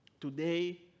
Today